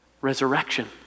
resurrection